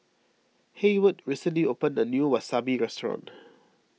Heyward recently opened a new Wasabi restaurant